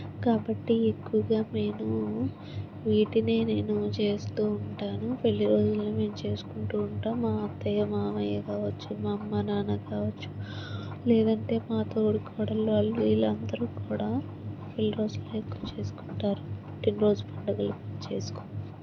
కాబట్టి ఎక్కువగా నేను వీటిని నేను చేస్తు ఉంటాను పెళ్ళి రోజులు మేము చేసుకుంటు ఉంటాం మా అత్తయ్య మామయ్య కావచ్చు మా అమ్మ నాన్న కావచ్చు లేదంటే మా తోడికోడళ్ళు వాళ్ళు వెళ్ళు అందరు కూడా పెళ్ళి రోజులు ఎక్కువ చేసుకుంటారు పుట్టినరోజు పండుగలు చేసుకోము